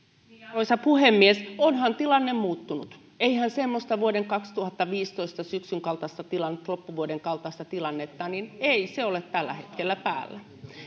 arvoisa puhemies onhan tilanne muuttunut eihän semmoista vuoden kaksituhattaviisitoista syksyn kaltaista tilannetta loppuvuoden kaltaista tilannetta ole tällä hetkellä päällä